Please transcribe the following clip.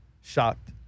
shocked